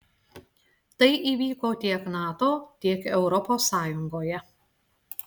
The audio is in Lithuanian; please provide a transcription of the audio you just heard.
tai įvyko tiek nato tiek europos sąjungoje